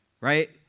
Right